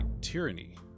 tyranny